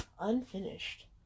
unfinished